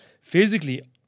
physically